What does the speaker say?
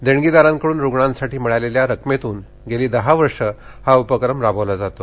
देणगीदारांकडुन रुग्णासाठी मिळालेल्या देणगीतून गेली दहा वर्षे हा उपक्रम राबवला जातो